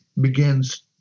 begins